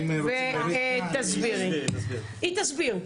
היא תסביר.